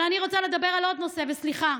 אבל אני רוצה לדבר על עוד נושא, וסליחה.